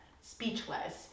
speechless